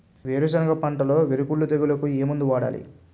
వేరుసెనగ పంటలో వేరుకుళ్ళు తెగులుకు ఏ మందు వాడాలి?